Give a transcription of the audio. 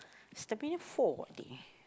it's Terminal Four already